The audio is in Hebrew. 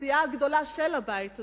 כסיעה הגדולה של הבית הזה,